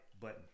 button